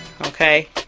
okay